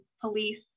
police